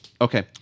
Okay